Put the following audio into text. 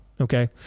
Okay